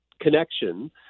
connection